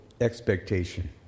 expectation